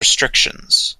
restrictions